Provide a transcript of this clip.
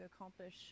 accomplish